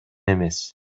эмес